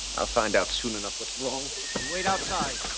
i'll find out soon enough what's wrong. wait outside.